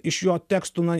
iš jo tekstų na